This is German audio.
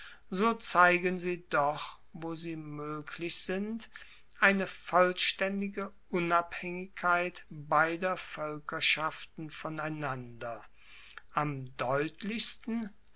so zeigen sie doch wo sie moeglich sind eine vollstaendige unabhaengigkeit beider voelkerschaften voneinander am deutlichsten